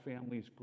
families